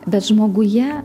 bet žmoguje